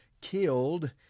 killed